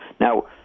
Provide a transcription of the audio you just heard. now